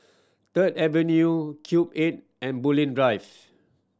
Third Avenue Cube Eight and Bulim Drive